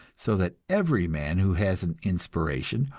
so that every man who has an inspiration,